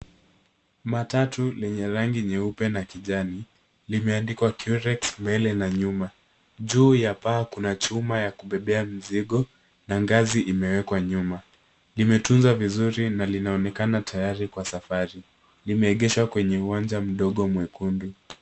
Matatu lenye rangi nyeupe na kijani limeandikwa curex mbele na nyuma juu ya paa kuna chuma ya kubebea mizigo na ngazi imewekwa nyuma limetunzwa vizuri na linaonekana tayari kwa safari limeegeshwa kwenye uwanja mdogo mwekundu.